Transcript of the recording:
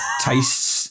tastes